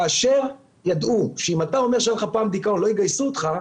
כאשר ידעו שאם אתה אומר שהייתה לך פעם בדיקה לא יגייסו אותך,